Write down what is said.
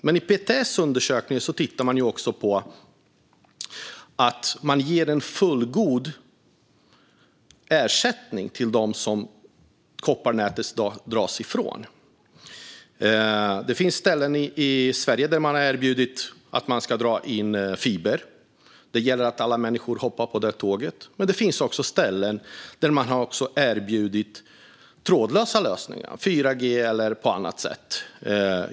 Men i PTS undersökning tittar man också på om det ges en fullgod ersättning till dem som inte längre kommer att ha tillgång till kopparnätet. Det finns ställen i Sverige där man har erbjudit indragning av fiber. Det gäller att alla människor hoppar på detta tåg. Men det finns också ställen där man har erbjudit trådlösa lösningar - 4G eller på annat sätt.